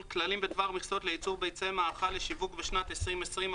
לייצור ביצי מאכל לשיווק בשנת 2020),